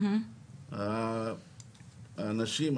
האנשים,